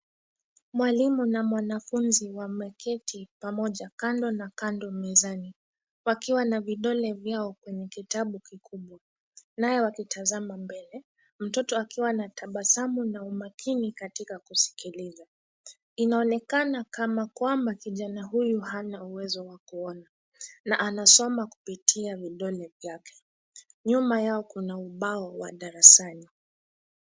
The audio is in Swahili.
Mwalimu na mwanafunzi wameketi pamoja kando na kando mezani, wakiwa na vidole vyao kwenye kitabu kikubwa, nayo wakitazama mbele ,mtoto akiwa na tabasamu na umakini katika kuasikiliza , inaonekana kama kwamba kijana huyu hana uwezo wa kuona, na anasoma kupitia vidole vyake. Nyuma yao kuna ubao wa darasani.